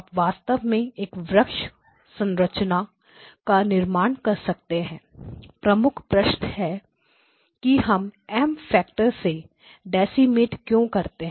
आप वास्तव में एक वृक्ष संरचना का निर्माण कर सकते हैं प्रमुख प्रश्न यह है कि हम M फैक्टर से डेसीमेट क्यों करते हैं